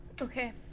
Okay